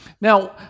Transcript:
Now